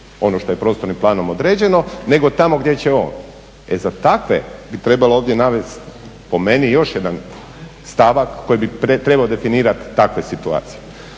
ono što je prostornim planom određeno nego tamo gdje će on. E za takve bi trebalo ovdje navesti po meni još jedan stavak koji bi trebao definirati takve situacije.